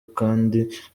kandi